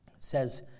Says